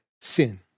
sin